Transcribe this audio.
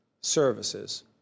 services